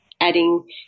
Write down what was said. adding